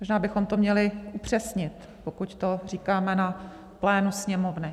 Možná bychom to měli upřesnit, pokud to říkáme na plénu Sněmovny.